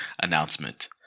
announcement